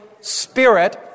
Spirit